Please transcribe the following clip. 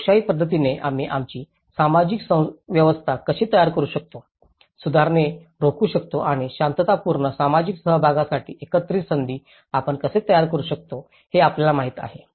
लोकशाही पध्दतीने आम्ही आमची सामाजिक व्यवस्था कशी तयार करू शकतो सुधारणे रोखू शकतो आणि शांततापूर्ण सामाजिक सहभागासाठी एकत्रित संधी आपण कसे तयार करू शकतो हे आपल्याला माहिती आहे